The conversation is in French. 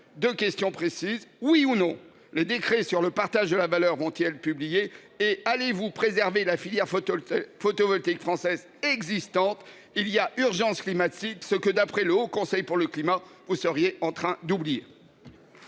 deux questions précises. Les décrets sur le partage de la valeur vont ils être publiés ? Allez vous préserver la filière photovoltaïque française existante ? Il y a urgence climatique ! Or, d’après le Haut Conseil pour le climat (HCC), vous seriez en train de l’oublier.